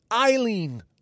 Eileen